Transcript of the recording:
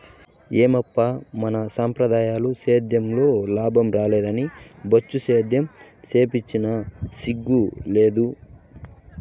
ఏమప్పా మన సంప్రదాయ సేద్యంలో లాభం రాలేదని బొచ్చు సేద్యం సేస్తివా సిగ్గు లేదూ